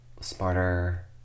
smarter